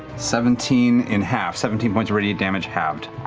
seventeen in half, seventeen points of radiant damage halved.